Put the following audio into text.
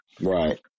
right